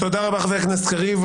תודה רבה, חבר הכנסת קריב.